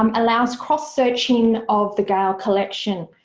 um allows cross searching of the gale collection.